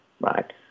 right